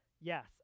Yes